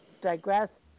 digress